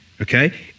okay